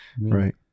Right